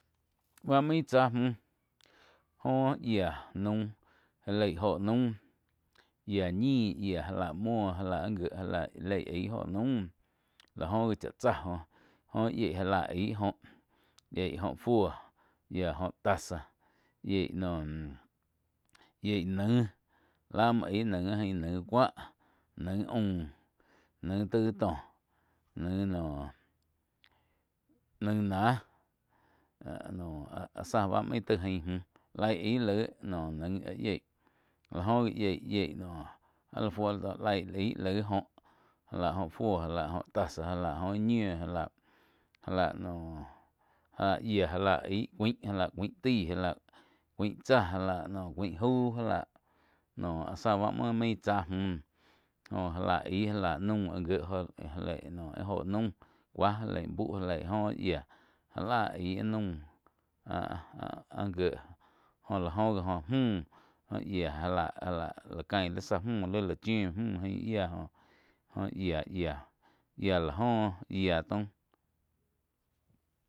Bá main tsáh múh jo yía naum já leig óho naum yía ñih já la muo já la áh gié já léi aig óho naum láh joh gi cha tsá joh joh yieg já lá aig óh yieh óh fuó yía joh tasa yieh noh, yieh naig lá muo aig naig áh ain naig cuá naig aum naig taig to naig noh, naig náh áh no áh-áh záh bá muo taig ain múh laig aíj laij noh áh yiei lá joh ji yiei-yiei áh la fuo la dóh laig lai óh já la óh fuo já lá óh tasa óh íh ñiu já lá, já lá noh já la yiá já láh aig cuáin já lá cuain taí já lá cuaín tsáh já lá noh cuain jau já láh noh áh záh no main tsa mü joh já la aij já la naum gie óh já leig óho naum cúa já lei buh já leig óh yiáh já lá aig áh naum áh-áh gié jo lá óh gi oh múh yia já láh la cain li zá múh lí chiú múh ain yia joh-joh yia-yia la joh yia taum.